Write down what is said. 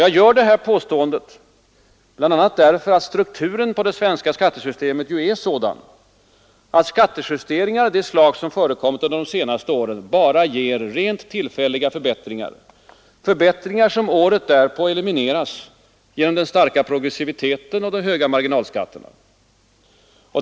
Jag gör detta påstående bl.a. därför att strukturen på det svenska skattesystemet är sådan, att skattejusteringar av det slag som förekommit de senaste åren bara ger rent tillfälliga förbättringar, som året därpå elimineras genom den starka progressiviteten och de höga marginalskatterna.